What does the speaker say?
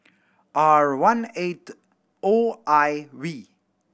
R one eight O I V